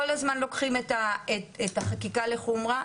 כל הזמן לוקחים את החקיקה לחומרה.